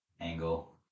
angle